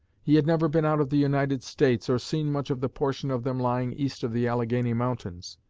he had never been out of the united states, or seen much of the portion of them lying east of the alleghany mountains.